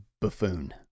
buffoon